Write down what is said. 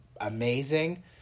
amazing